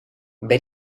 ver